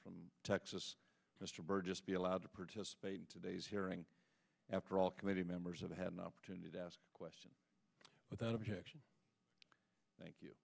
from texas mr burgess be allowed to participate in today's hearing after all committee members of the have an opportunity to ask questions without objection thank you